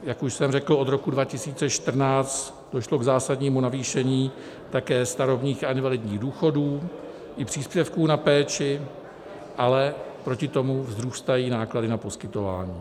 Jak už jsem řekl, od roku 2014 došlo k zásadnímu navýšení také starobních a invalidních důchodů i příspěvků na péči, ale oproti tomu vzrůstají náklady na poskytování.